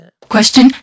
Question